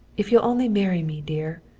if you'll only marry me, dear.